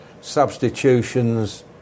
Substitutions